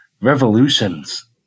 revolutions